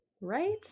right